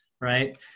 right